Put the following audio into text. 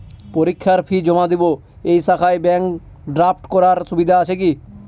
পরীক্ষার ফি জমা দিব এই শাখায় ব্যাংক ড্রাফট করার সুবিধা আছে কি?